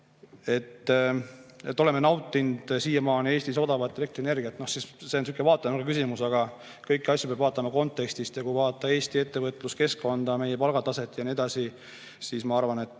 oleme nautinud siiamaani Eestis odavat elektrienergiat. No see on sihuke vaatenurga küsimus. Kõiki asju peab vaatama kontekstis. Kui vaadata Eesti ettevõtluskeskkonda, meie palgataset ja nii edasi, siis ma arvan, et